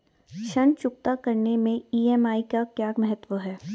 ऋण चुकता करने मैं ई.एम.आई का क्या महत्व है?